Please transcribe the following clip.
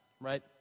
right